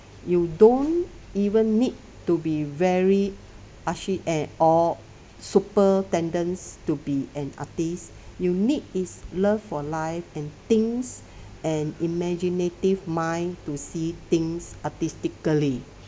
you don't even need to be very artsy and or super tendance to be an artist you need is love for life and things and imaginative mind to see things artistically